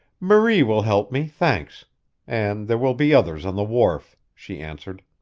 marie will help me, thanks and there will be others on the wharf, she answered.